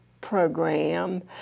program